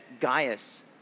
Gaius